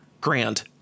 grand